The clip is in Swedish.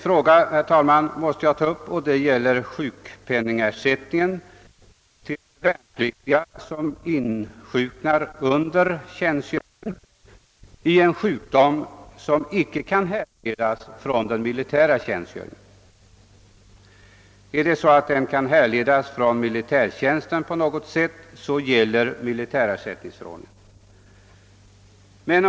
Jag måste även ta upp frågan om sjukpenningersättningen till värnpliktiga, som insjuknar under tjänstgöringen i en sjukdom som icke kan härledas från militärtjänstgöringen.